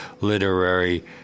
Literary